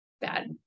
bad